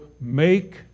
make